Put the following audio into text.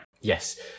Yes